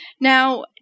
now